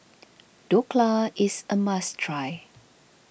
Dhokla is a must try